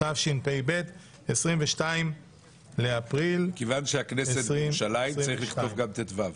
התשפ"ב 22.4.2022). " כיוון שהכנסת בירושלים יש לכתוב גם: "ט"ו באדר".